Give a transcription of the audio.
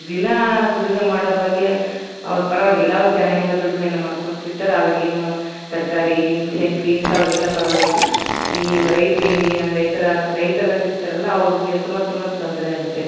ದಿನ ದುಡಿಮೆ ಮಾಡೋರ ಬಗ್ಗೆ ಅವ್ರು ಪರವಾಗಿಲ್ಲ ಅವ್ರು ಚೆನ್ನಾಗ್ ಎಲ್ಲ ದುಡಿಮೆನ್ನ ಮಾಡ್ಕೊಂಡು ತಿಂತಾರೆ ಅವರಿಗೇನು ತರಕಾರಿ ದಿನಸಿ ಅಂಗಡಿ ಇಂಥಾವ್ರಿಗೆಲ್ಲ ಪರವಾಗಿಲ್ಲ ಈ ರೈತರೇನಿಯ ರೈತರ ರೈತರು ಇರ್ತಾರಲ್ಲ ಅವ್ರಿಗೆ ಸುಮಾ ತುಂಬ ತೊಂದರೆ ಆಗುತ್ತೆ